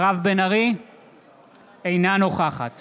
אינה נוכחת